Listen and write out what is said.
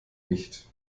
nicht